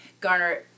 Garner